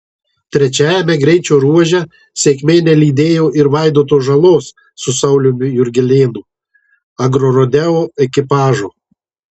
trečiajame greičio ruože sėkmė nelydėjo ir vaidoto žalos su sauliumi jurgelėnu agrorodeo ekipažo